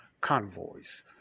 convoys